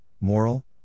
Moral